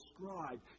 describe